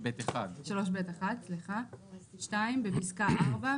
סעיף 3ב1"; בפסקה (4),